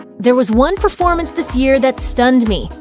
there was one performance this year that stunned me,